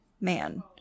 man